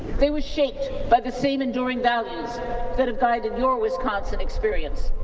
they were shaped by the same enduring values that have guided your wisconsin experience.